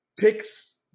picks